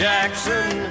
Jackson